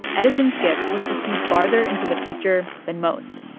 edison's gift was to see farther into the future than most.